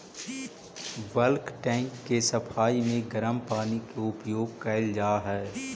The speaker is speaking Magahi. बल्क टैंक के सफाई में गरम पानी के उपयोग कैल जा हई